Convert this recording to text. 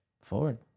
forward